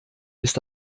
ist